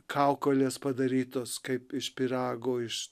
kaukolės padarytos kaip iš pyrago iš